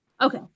Okay